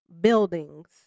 buildings